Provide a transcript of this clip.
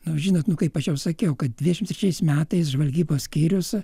nu žinot nu kaip aš jau sakiau kad dvidešimt trečiais metais žvalgybos skyrius